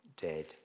dead